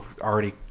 already